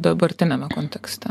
dabartiniame kontekste